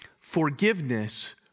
Forgiveness